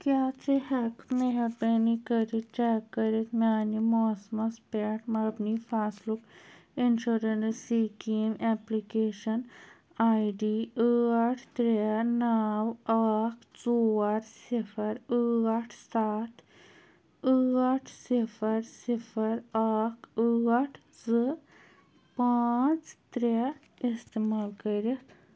کیٛاہ ژٕ ہٮ۪ککھہٕ مہربٲنی کٔرِتھ چٮ۪ک کٔرِتھ میٛانہِ موسمَس پٮ۪ٹھ مبنی فصلُک insurance scheme application I D ٲٹھ ترٛےٚ نَو اکھ ژور صِفر ٲٹھ سَتھ ٲٹھ صِفر صِفر اکھ ٲٹھ زٕ پانٛژھ ترٛےٚ اِستعمال کٔرِتھ